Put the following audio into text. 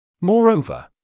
Moreover